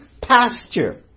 pasture